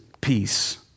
peace